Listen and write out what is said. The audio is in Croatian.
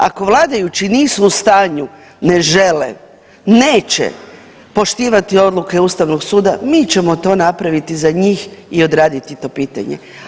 Ako vladajući nisu u stanju, ne žele, neće poštivati odluke Ustavnog suda, mi ćemo to napraviti za njih i odraditi to pitanje.